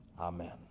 Amen